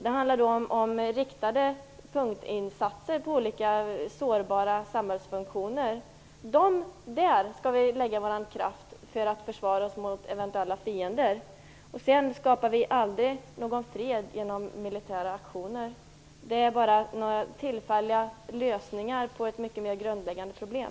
Det handlar då om riktade punktinsatser mot olika sårbara samhällsfunktioner. Där skall vi lägga vår kraft för att försvara oss mot eventuella fiender. Sedan skapar vi aldrig någon fred genom militära aktioner. Det är bara tillfälliga lösningar på ett mycket mer grundläggande problem.